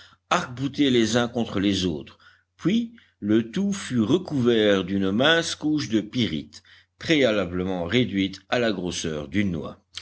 arc-boutés les uns contre les autres puis le tout fut recouvert d'une mince couche de pyrites préalablement réduites à la grosseur d'une noix